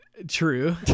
True